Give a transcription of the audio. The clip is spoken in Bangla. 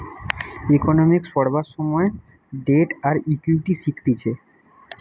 ইকোনোমিক্স পড়বার সময় ডেট আর ইকুইটি শিখতিছে